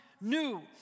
new